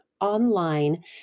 online